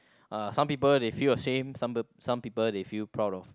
uh some people they feel ashame some peop~ some people they feel proud of